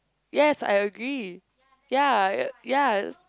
yes I agree ya ya